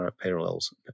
parallels